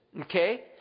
okay